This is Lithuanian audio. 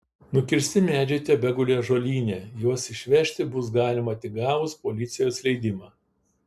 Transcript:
nukirsti medžiai tebeguli ąžuolyne juos išvežti bus galima tik gavus policijos leidimą